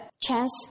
chance